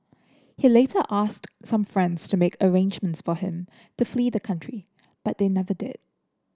he later asked some friends to make arrangements for him to flee the country but they never did